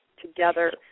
together